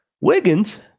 Wiggins